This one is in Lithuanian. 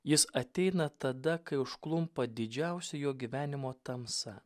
jis ateina tada kai užklumpa didžiausia jo gyvenimo tamsa